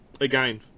again